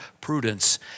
prudence